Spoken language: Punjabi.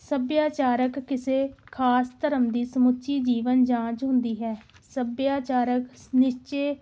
ਸਭਿਆਚਾਰਕ ਕਿਸੇ ਖਾਸ ਧਰਮ ਦੀ ਸਮੁੱਚੀ ਜੀਵਨ ਜਾਂਚ ਹੁੰਦੀ ਹੈ ਸੱਭਿਆਚਾਰਕ ਨਿਸ਼ਚੇ